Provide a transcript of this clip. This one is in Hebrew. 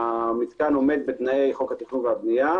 המתקן עומד בתנאי חוק התכנון והבנייה,